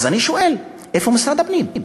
אז אני שואל: איפה משרד הפנים?